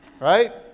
Right